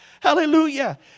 hallelujah